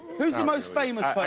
who's the most famous